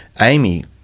Amy